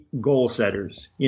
goal-setters